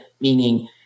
meaning